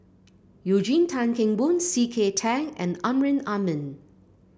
Eugene Tan Kheng Boon C K Tang and Amrin Amin